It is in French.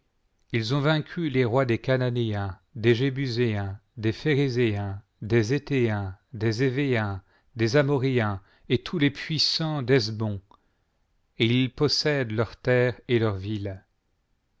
ils ont vaincu les rois des chananéens des jébuséens des phcrézéens des héthéens des hévéens des amorrhéens et tous les puissants d'hésébon et ils possèdent leurs terres et leurs villes